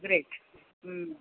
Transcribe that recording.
great हम्म